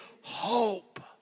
hope